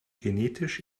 genetisch